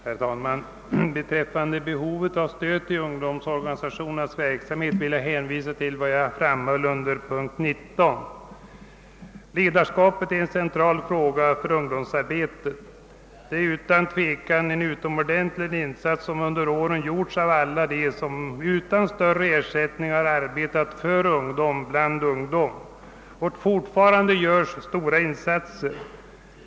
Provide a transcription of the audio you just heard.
Herr talman! Beträffande behovet av stöd till ungdomsorganisationernas verksamhet vill jag hänvisa till vad jag framhöll under punkt 19. Ledarskapet är en central fråga för ungdomsarbetet. Det är utan tvivel en utomordentlig insats som under åren gjorts av alla dem som utan större ersättning arbetat för ungdom bland ungdom. Fortfarande görs stora insatser.